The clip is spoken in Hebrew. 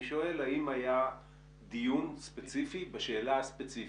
אני שואל האם היה דיון ספציפי בשאלה הספציפית.